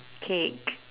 cake